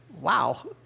Wow